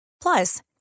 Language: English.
Plus